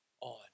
on